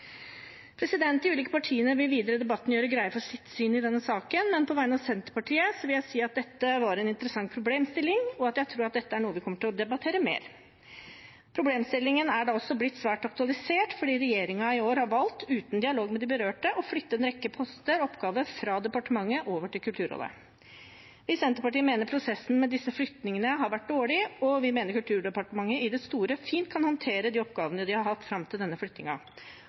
ulike partiene vil videre i debatten gjøre greie for sitt syn i denne saken, men på vegne av Senterpartiet vil jeg si at dette var en interessant problemstilling, og at jeg tror at dette er noe vi kommer til å debattere mer. Problemstillingen har også blitt svært aktualisert fordi regjeringen i år har valgt, uten dialog med de berørte, å flytte en rekke poster og oppgaver fra departementet over til Kulturrådet. Vi i Senterpartiet mener prosessen med disse flyttingene har vært dårlig, og vi mener Kulturdepartementet i det store fint kan håndtere de oppgavene de har hatt fram til denne